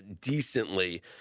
decently